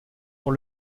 pour